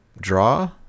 draw